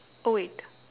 oh wait